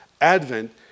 Advent